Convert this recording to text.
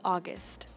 August